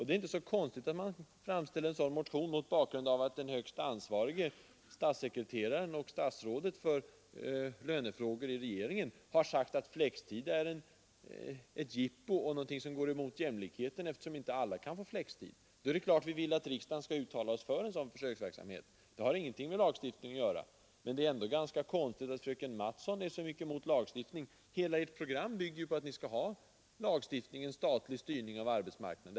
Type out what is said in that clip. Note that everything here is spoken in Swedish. Det är inte så konstigt att man motionerar om detta, mot bakgrund av att de högsta ansvariga — statssekreteraren och statsrådet för lönefrågor i regeringen — har sagt att flextid är ett jippo och någonting som går emot jämlikheten, eftersom inte alla kan få flextid. Det är klart att vi vill att riksdagen skall uttala sig för sådan försöksverksamhet. Det har ingenting med lagstiftning att göra. Men det är ändå ganska konstigt att fröken Mattson är så mycket emot lagstiftning; hela ert program bygger ju på att vi skall ha lagstiftning, en statlig styrning av arbetsmarknaden.